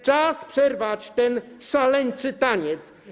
Czas przerwać ten szaleńczy taniec.